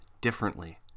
differently